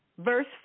Verse